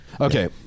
Okay